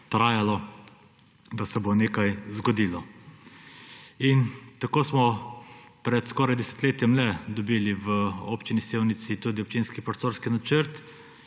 trajalo, da se bo nekaj zgodilo. In tako smo pred skoraj desetletjem le dobili v občini Sevnica tudi občinski prostorski načrt.